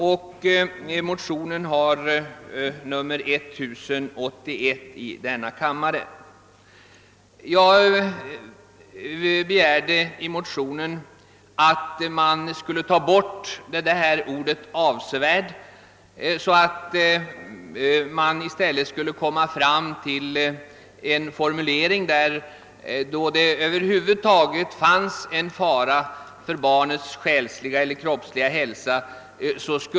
Jag föreslog i motionen, att ordet »avsevärd» skulle tas bort i lagtexten, så att man fick en formulering som omöjliggjorde en sådan här förflyttning, om det över huvud taget förelåg fara för barnets kroppsliga eller själsliga hälsa.